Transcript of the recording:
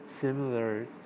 similar